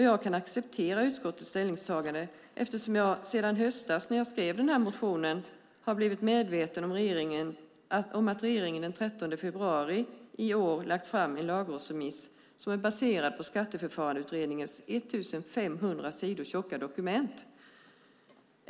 Jag kan acceptera utskottets ställningstagande eftersom jag sedan i höstas, när jag skrev den här motionen, har blivit medveten om att regeringen den 13 februari i år har skickat ut en lagrådsremiss som är baserad på Skatteförfarandeutredningens 1 500 sidor tjocka dokument.